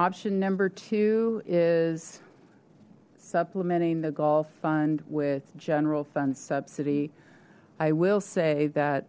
option number two is supplementing the golf fund with general fund subsidy i will say that